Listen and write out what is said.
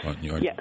Yes